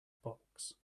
box